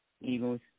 Eagles